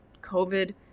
COVID